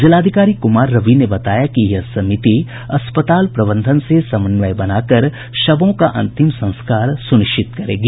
जिलाधिकारी कुमार रवि ने बताया कि यह समिति अस्पताल प्रबंधन से समन्वय बनाकर शवों का अंतिम संस्कार सुनिश्चित करेगी